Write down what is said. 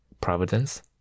providence